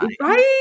right